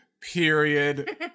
period